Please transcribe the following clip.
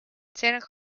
santa